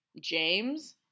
James